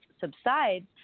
subsides